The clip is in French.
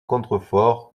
contreforts